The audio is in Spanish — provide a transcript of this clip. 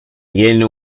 tiene